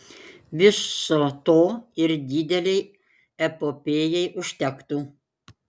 viso to ir didelei epopėjai užtektų